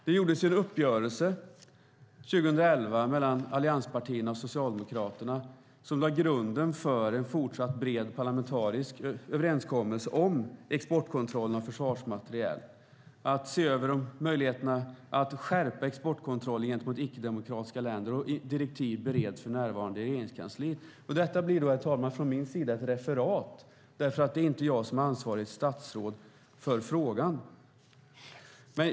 Det träffades en uppgörelse 2011 mellan allianspartierna och Socialdemokraterna som lade grunden för en fortsatt bred parlamentarisk överenskommelse om exportkontrollen av försvarsmateriel och om att se över möjligheterna att skärpa exportkontrollen gentemot icke-demokratiska länder, och direktiv bereds för närvarande i Regeringskansliet. Detta blir då, herr talman, från min sida ett referat, därför att det är inte jag som är ansvarigt statsråd för frågan.